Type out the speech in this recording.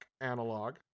analog